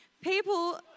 People